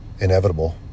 inevitable